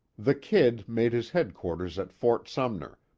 the kid made his headquarters at fort sumner,